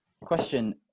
Question